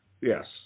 Yes